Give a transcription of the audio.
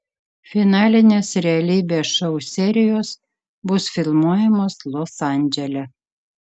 finalinės realybės šou serijos bus filmuojamos los andžele